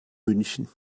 münchen